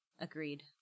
Agreed